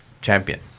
champion